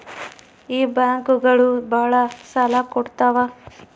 ಈ ಬ್ಯಾಂಕುಗಳು ಭಾಳ ಸಾಲ ಕೊಡ್ತಾವ